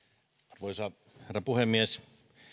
arvoisa herra puhemies